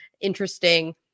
interesting